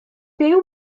byw